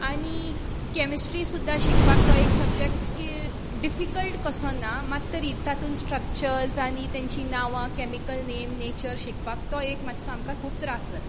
आनी कॅमिस्ट्री सुद्धा शिकपाक तो एक सबजक्ट डिफिकल्ट कसो ना मात तरी तातून स्ट्रक्चर आनी तेचीं नांवां केमिकल नेम नेचर शिकपाक तो एक शिकपाक आमकां खूब त्रास जाता